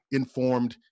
informed